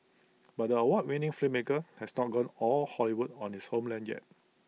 but the award winning filmmaker has not gone all Hollywood on this homeland yet